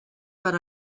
per